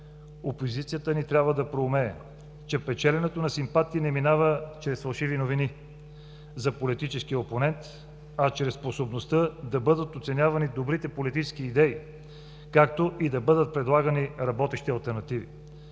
Опозицията ни трябва да проумее, че печеленето на симпатии не минава чрез фалшиви новини за политическия опонент, а чрез способността да бъдат оценявани добрите политически идеи, както и да бъдат предлагани работещи алтернативи.